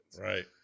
Right